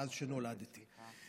מאז שנולדתי.